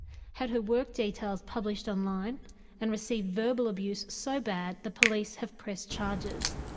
had her work details published online and received verbal abuse so bad the police have pressed charges.